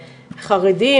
חרדים,